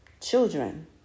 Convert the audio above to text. children